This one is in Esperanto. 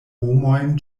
homojn